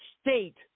state